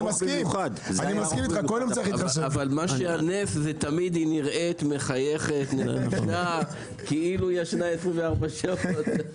הנס הוא שתמיד היא נראית מחייכת ונחמדה כאילו ישנה 24 שעות.